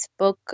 Facebook